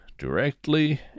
directly